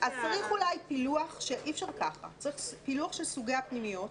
צריך אולי פילוח של סוגי הפנימיות,